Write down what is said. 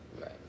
Right